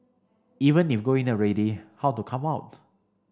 even if go in already how to come out